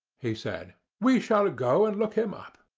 he said we shall go and look him up.